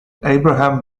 abraham